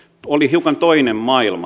oli hiukan toinen maailma